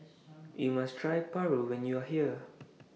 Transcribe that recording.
YOU must Try Paru when YOU Are here